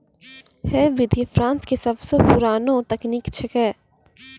है विधि फ्रांस के सबसो पुरानो तकनीक छेकै